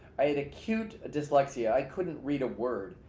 i had acute dyslexia i couldn't read a word.